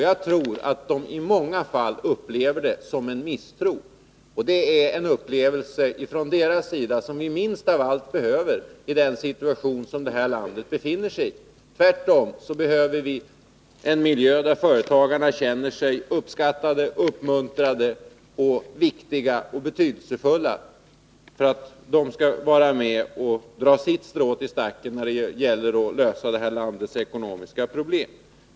Jag tror att de i många fall upplever det som misstro, och det är en upplevelse från deras sida som vi minst av allt behöver i den situation som det här landet befinner sig i. Tvärtom behöver vi en miljö där företagarna känner sig uppskattade, uppmuntrade, viktiga och betydelsefulla för att de skall vara med och dra sitt strå till stacken när det gäller att lösa landets ekonomiska problem.